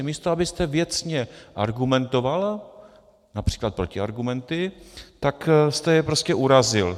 Místo abyste věcně argumentoval, například protiargumenty, tak jste je prostě urazil.